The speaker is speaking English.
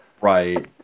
Right